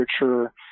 literature